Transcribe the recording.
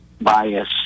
bias